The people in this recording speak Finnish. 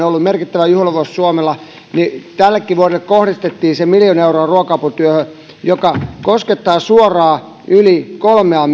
ollut merkittävä juhlavuosi suomella niin tällekin vuodelle kohdistettiin se miljoonaa euroa ruoka aputyöhön joka koskettaa suoraan yli kolmea